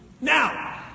Now